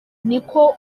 niko